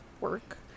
work